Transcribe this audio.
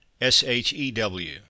S-H-E-W